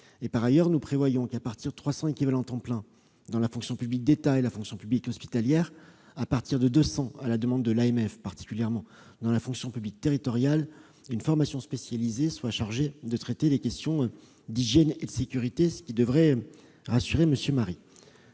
Par ailleurs, nous prévoyons qu'à partir de 300 équivalents temps plein dans la fonction publique d'État et la fonction publique hospitalière et de 200, à la demande de l'AMF particulièrement, dans la fonction publique territoriale une formation spécialisée soit chargée de traiter les questions d'hygiène et de sécurité, ce qui devrait rassurer M. Marie.